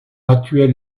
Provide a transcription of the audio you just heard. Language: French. actuel